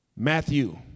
Matthew